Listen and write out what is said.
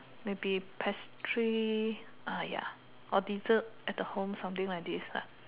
maybe pastry ah ya or dessert at the home something like this lah